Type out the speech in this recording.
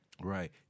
Right